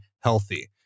healthy